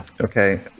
okay